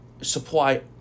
supply